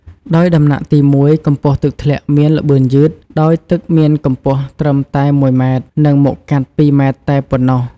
ដោយដំណាក់ទី១ កម្ពស់ទឹកធ្លាក់មានល្បឿនយឺត ដោយទឹកមានកម្ពស់ត្រឹមតែមួយម៉ែត្រ និង មុខកាត់ ២ម៉ែត្រតែប៉ុណ្ណោះ។